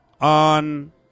On